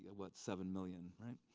and what, seven million, right?